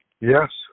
Yes